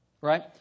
Right